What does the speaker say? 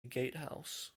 gatehouse